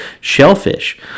shellfish